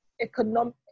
economic